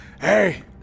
Hey